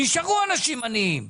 נשארו אנשים עניים.